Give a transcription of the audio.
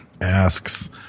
asks